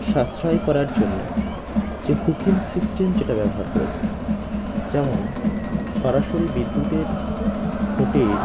সাশ্রয় করার জন্যে যে হুকিং সিস্টেম যেটা ব্যবহার করেছে যেমন সরাসরি বিদ্যুতের খুঁটির